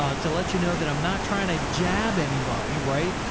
ah to let you know that i'm not trying to jab anybody. right.